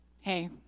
hey